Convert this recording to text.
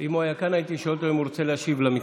אם הוא רוצה להשיב למתנגד,